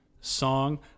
song